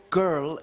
girl